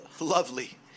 lovely